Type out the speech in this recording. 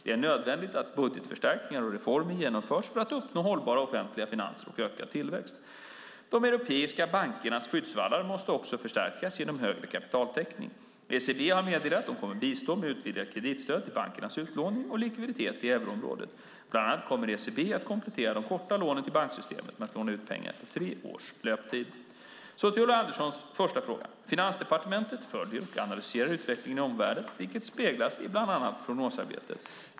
Det är nödvändigt att budgetförstärkningar och reformer genomförs för att uppnå hållbara offentliga finanser och ökad tillväxt. De europeiska bankernas skyddsvallar måste också förstärkas genom högre kapitaltäckning. ECB har meddelat att de kommer att bistå med utvidgat kreditstöd till bankernas utlåning och likviditet i euroområdet. Bland annat kommer ECB att komplettera de korta lånen till banksystemet med att låna ut pengar på tre års löptid. Så till Ulla Anderssons första fråga. Finansdepartementet följer och analyserar utvecklingen i omvärlden, vilket speglas i bland annat prognosarbetet.